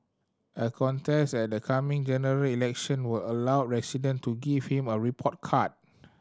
a contest at the coming General Election would allow resident to give him a report card